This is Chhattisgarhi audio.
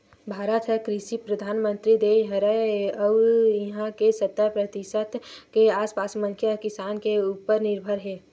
भारत ह कृषि परधान देस हरय अउ इहां के सत्तर परतिसत के आसपास मनखे ह किसानी के उप्पर निरभर हे